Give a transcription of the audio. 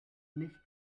nicht